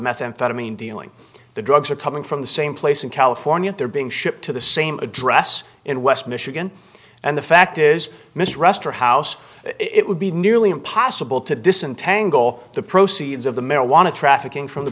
methamphetamine dealing the drugs are coming from the same place in california they're being shipped to the same address in west michigan and the fact is mistrust her house it would be nearly impossible to disentangle the proceeds of the marijuana trafficking from the